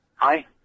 Hi